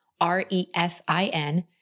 R-E-S-I-N